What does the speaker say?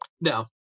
No